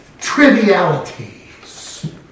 Trivialities